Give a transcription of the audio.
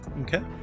Okay